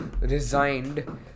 resigned